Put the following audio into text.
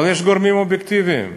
אבל יש גורמים אובייקטיביים.